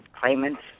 claimant's